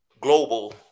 global